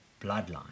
bloodline